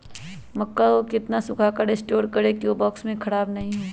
मक्का को कितना सूखा कर स्टोर करें की ओ बॉक्स में ख़राब नहीं हो?